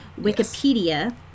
Wikipedia